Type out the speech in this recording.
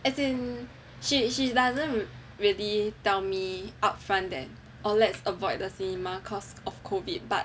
as in she she's doesn't re~ really tell me upfront that oh let's avoid the cinema cause of COVID but